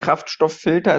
kraftstofffilter